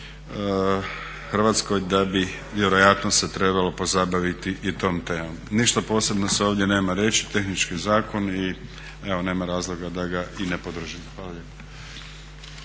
Hrvatskoj da bi vjerojatno se trebalo pozabaviti i tom temom. Ništa posebno se ovdje nema reći, tehnički zakon i evo nema razloga da ga i ne podržim. Hvala